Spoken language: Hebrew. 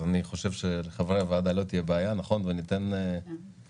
אז אני חושב שלחברי הוועדה לא תהיה בעיה וניתן אפשרות